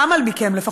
כמה מכם לפחות,